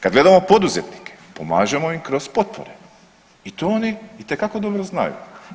Kad gledamo poduzetnike pomažemo im kroz potpore i to oni itekako dobro znaju.